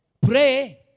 pray